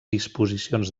disposicions